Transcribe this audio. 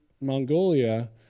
Mongolia